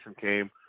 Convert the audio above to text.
came